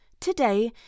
today